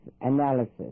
analysis